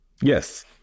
Yes